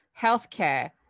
healthcare